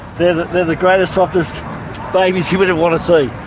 they're the they're the greatest, softest babies you'd ever want to see.